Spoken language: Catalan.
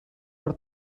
per